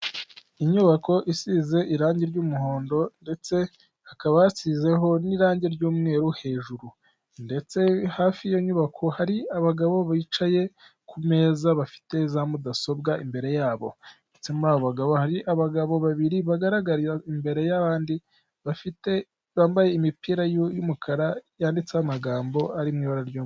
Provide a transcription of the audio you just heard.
Inyubako isize irangi ry'umuhondo ndetse hakaba hasizeho n'irangi ry'umweru hejuru; ndetse hafi y'iyo nyubako hari abagabo bicaye, ku meza bafite za mudasobwa imbere yabo; ndetse muri abo bagabo, hari abagabo babiri bagaragarira imbere y'abandi bafite, bambaye imipira y'umukara yanditseho amagambo ari mu ibara ryu...